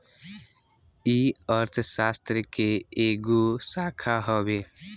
ई अर्थशास्त्र के एगो शाखा हवे